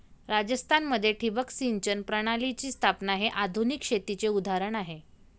राजस्थान मध्ये ठिबक सिंचन प्रणालीची स्थापना हे आधुनिक शेतीचे उदाहरण आहे